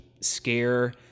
scare